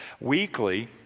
Weekly